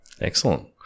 Excellent